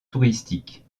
touristique